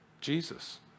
Jesus